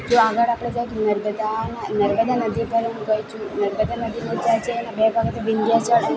જો આગળ આપણે જઈએ કે નર્મદા નર્મદા નદી પર હું ગઈ છું નર્મદા નદીનું ત્યાં જઈને બે એક વખત વિંધ્યાચળ છે અને